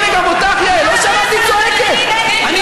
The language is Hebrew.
שמעתי את הדברים שלה.